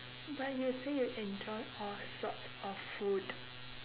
but you say you enjoy all sorts of food